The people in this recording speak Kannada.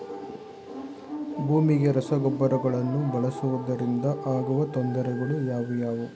ಭೂಮಿಗೆ ರಸಗೊಬ್ಬರಗಳನ್ನು ಬಳಸುವುದರಿಂದ ಆಗುವ ತೊಂದರೆಗಳು ಯಾವುವು?